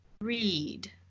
read